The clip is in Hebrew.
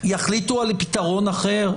יחליטו על פתרון אחר?